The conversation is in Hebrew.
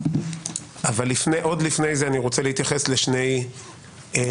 אבל עוד לפני זה אני רוצה להתייחס לשני אירועים,